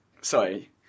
Sorry